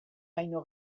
baino